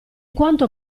quanto